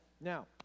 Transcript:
Now